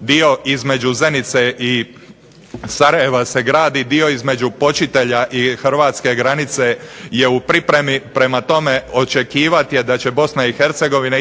bio između Zenice i Sarajeva se gradi, bio između …/Ne razumije se./… i hrvatske granice je u pripremi, prema tome očekivati je da će Bosna i Hercegovina